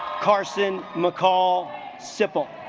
carson mccall sybil